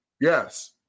Yes